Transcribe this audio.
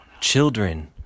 Children